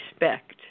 respect